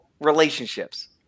relationships